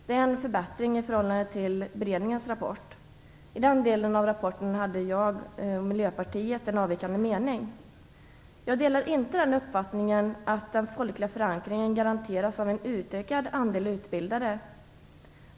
Här är det en förbättring i förhållande till beredningens rapport. I den delen av rapporten hade jag och Miljöpartiet en avvikande mening. Jag delar inte uppfattningen att folklig förankring garanteras av en utökad andel utbildade.